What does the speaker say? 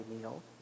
meal